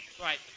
Right